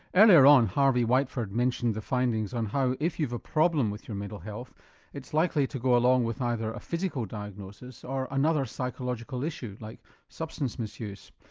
earlier on harvey whiteford mentioned the findings on how if you've a problem with your mental health it's likely to go along with either a physical diagnosis or another psychological issue like substance misuse.